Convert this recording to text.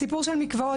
בסיפור של מקוואות,